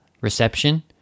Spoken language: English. reception